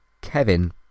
Kevin